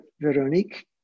Veronique